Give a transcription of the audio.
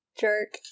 jerk